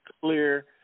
clear